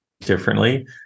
differently